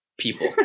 People